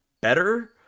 better